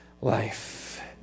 life